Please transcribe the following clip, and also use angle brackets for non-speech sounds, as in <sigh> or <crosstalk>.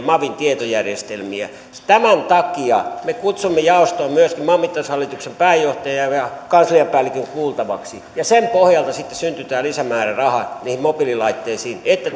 <unintelligible> mavin tietojärjestelmiä tämän takia me kutsuimme jaostoon myöskin maanmittaushallituksen pääjohtajan ja ja kansliapäällikön kuultavaksi ja sen pohjalta sitten syntyi tämä lisämääräraha niihin mobiililaitteisiin että <unintelligible>